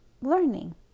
learning